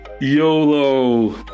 Yolo